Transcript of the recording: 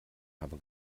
habe